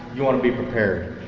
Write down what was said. you want to be prepared.